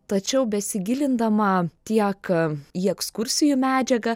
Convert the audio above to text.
tačiau besigilindama tiek į ekskursijų medžiagą